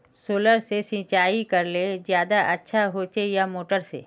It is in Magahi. सोलर से सिंचाई करले ज्यादा अच्छा होचे या मोटर से?